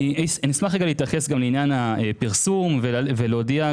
אני אשמח רגע להתייחס גם לעניין הפרסום ולהודיע,